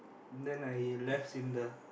then I left Syndra